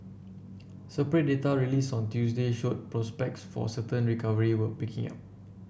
separate data released on Tuesday showed prospects for a sustained recovery were picking up